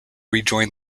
rejoin